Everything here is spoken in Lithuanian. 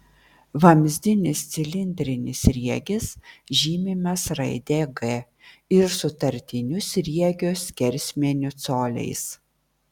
vamzdinis cilindrinis sriegis žymimas raide g ir sutartiniu sriegio skersmeniu coliais